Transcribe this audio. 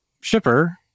shipper